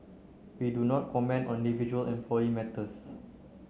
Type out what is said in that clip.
we do not comment on individual employee matters